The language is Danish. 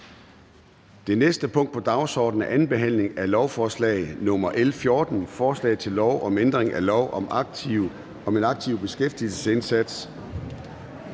Det næste punkt på dagsordenen er: 4) 2. behandling af lovforslag nr. L 14: Forslag til lov om ændring af lov om en aktiv beskæftigelsesindsats,